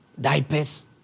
diapers